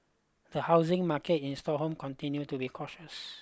the housing market in Stockholm continued to be cautious